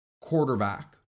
quarterback